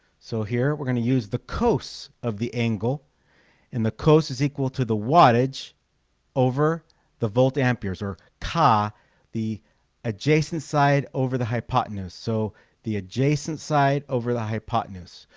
so here we're going to use the cos of the angle and the cos is equal to the wattage over the volt amperes or cah the adjacent side over the hypotenuse so the adjacent side over the hypotenuse.